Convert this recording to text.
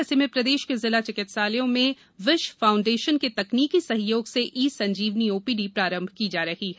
ऐसे में प्रदेश के जिला चिकित्सालयों में विश फाउण्डेशन के तकनीकी सहयोग से ई संजीवनी ओपीडी प्रारंभ की जा रही है